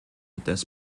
des